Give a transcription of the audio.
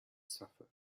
suffer